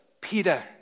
Peter